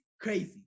crazy